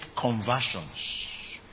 conversions